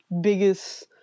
biggest